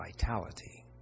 vitality